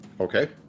Okay